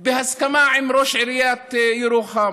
בהסכמה עם ראש עיריית ירוחם,